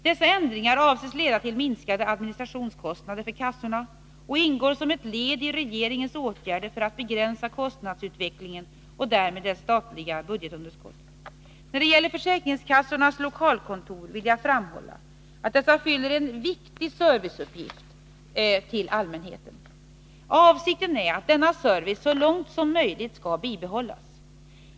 Dessa ändringar avses leda till minskade administrationskostnader för kassorna och ingår som ett led i regeringens åtgärder för att begränsa kostnadsutvecklingen och därmed det statliga budgetunderskottet. Beträffande försäkringskassornas lokalkontor vill jag framhålla att dessa fyller en viktig uppgift när det gäller att ge service till allmänheten. Avsikten är att denna service så långt möjligt skall bibehållas.